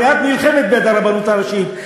הרי את נלחמת בעד הרבנות הראשית,